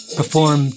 perform